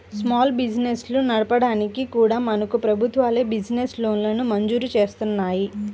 small బిజినెస్లను నడపడానికి కూడా మనకు ప్రభుత్వాలే బిజినెస్ లోన్లను మంజూరు జేత్తన్నాయి